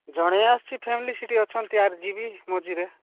ଜଣାଇ ଆସୁଛି ଫ୍ୟାମିଲି ସେଠି ଅଛନ୍ତି ଆର୍ ଯିବି ମଝିରେ